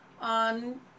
on